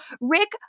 Rick